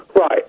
right